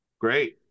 Great